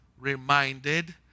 reminded